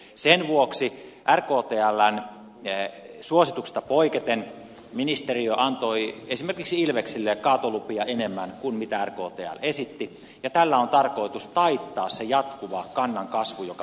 sen vuoksi rktln suosituksista poiketen ministeriö antoi esimerkiksi ilveksille kaatolupia enemmän kuin rktl esitti ja tällä on tarkoitus taittaa se jatkuva kannan kasvu joka meillä oli